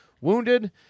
wounded